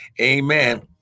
Amen